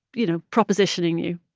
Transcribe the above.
you know, propositioning you